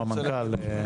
או המנכ"ל.